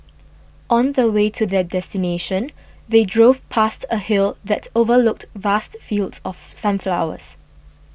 on the way to their destination they drove past a hill that overlooked vast fields of sunflowers